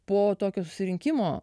po tokio susirinkimo